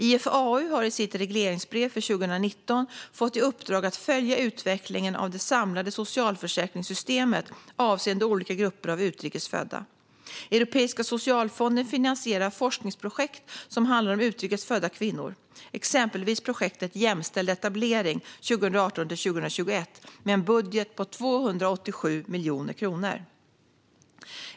IFAU har i sitt regleringsbrev för 2019 fått i uppdrag att följa utvecklingen av det samlade socialförsäkringssystemet avseende olika grupper av utrikes födda. Europeiska socialfonden finansierar forskningsprojekt som handlar om utrikes födda kvinnor, exempelvis projektet Jämställd etablering 2018-2021 med en budget på 287 miljoner kronor.